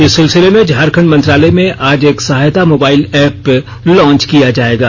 इस सिलसिले में झारखण्ड मंत्रालय में आज एक सहायता मोबाईल एप्प लांच किया जाएगा